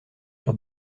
sur